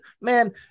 Man